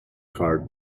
card